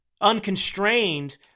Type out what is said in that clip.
unconstrained